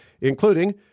including